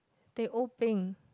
the old thing